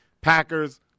Packers